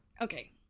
okay